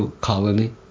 colony